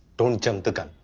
don't jump the gun.